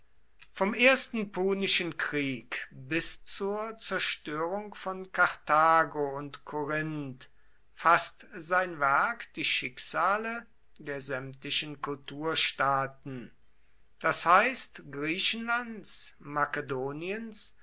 vom ersten punischen krieg bis zur zerstörung von karthago und korinth faßt sein werk die schicksale der sämtlichen kulturstaaten das heißt griechenlands makedoniens